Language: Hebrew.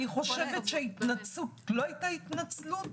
לדעתי, ההתנצלות לא הייתה התנצלות,